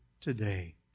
today